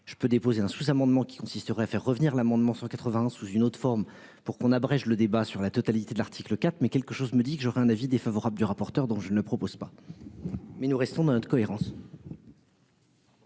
je peux déposer un sous-amendement qui consisterait à faire revenir l'amendement 180 sous une autre forme pour qu'on abrège le débat sur la totalité de l'article IV mais quelque chose me dit que j'aurais un avis défavorable du rapporteur dont je ne propose pas. Mais nous restons dans notre cohérence.